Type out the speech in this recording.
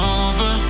over